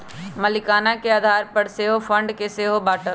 मलीकाना के आधार पर सेहो फंड के सेहो बाटल